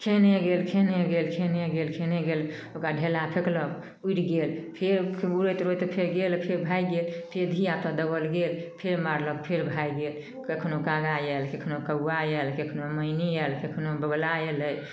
खेहने गेल खेहने गेल खेहने गेल खेहने गेल ओकरा ढेला फेकलक उड़ि गेल फेर उड़ैत उड़ैत फेर गेल फेर भागि गेल फेर धिआपुता दौगल गेल फेर मारलक फेर भागि गेल कखनहु कारा आएल कखनहु कौआ आएल कखनहु मैनी आएल कखनहु बौगुला अएलै